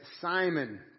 Simon